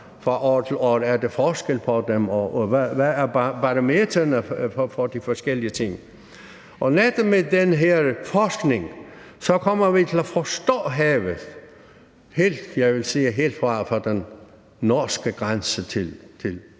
fra år til år? Er der forskel på dem? Hvad er parametrene for de forskellige ting? Netop med den her forskning kommer vi til at forstå havet, og jeg vil sige helt fra den norske grænse til